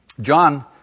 John